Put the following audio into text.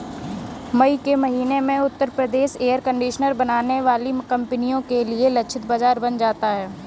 मई के महीने में उत्तर प्रदेश एयर कंडीशनर बनाने वाली कंपनियों के लिए लक्षित बाजार बन जाता है